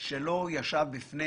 שלא אמר: